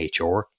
HR